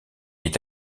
est